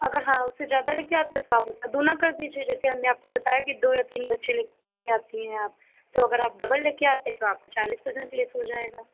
अगर हाँ उससे ज्यादा लेके आते तो आप उसका दूना कर दीजिए जैसे हमने आपको बताया कि दो या तीन बच्चे लेके आती हैं आप तो अगर आप डबल लेके आते हैं तो आपका चालीस पर्सेन्ट लेस हो जाएगा